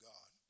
God